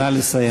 נא לסיים.